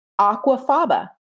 aquafaba